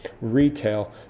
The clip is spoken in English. retail